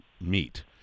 meet